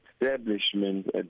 establishment